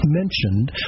mentioned